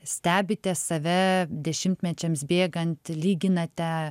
stebite save dešimtmečiams bėgant lyginate